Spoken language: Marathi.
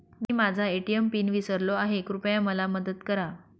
मी माझा ए.टी.एम पिन विसरलो आहे, कृपया मला मदत करा